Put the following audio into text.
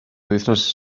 wythnos